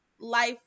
Life